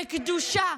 בקדושה,